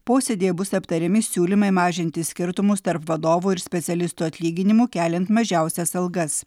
posėdyje bus aptariami siūlymai mažinti skirtumus tarp vadovų ir specialistų atlyginimų keliant mažiausias algas